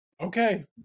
okay